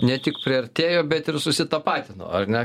ne tik priartėjo bet ir susitapatino ar ne